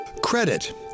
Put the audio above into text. Credit